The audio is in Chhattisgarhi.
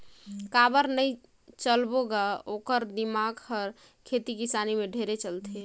काबर नई चलबो ग ओखर दिमाक हर खेती किसानी में ढेरे चलथे